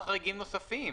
יש לך חריגים נוספים.